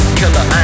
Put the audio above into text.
killer